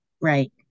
Right